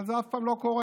אבל זה אף פעם לא קורה.